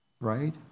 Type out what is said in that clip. right